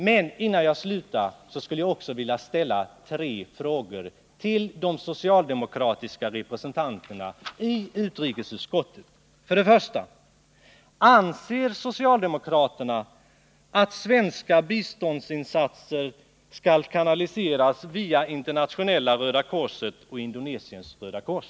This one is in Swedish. Men innan jag slutar skulle jag också vilja ställa tre frågor till de socialdemokratiska representanterna i utrikesutskottet. 2.